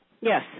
Yes